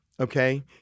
Okay